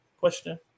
Question